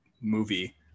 movie